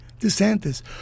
DeSantis